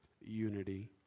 unity